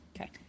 Okay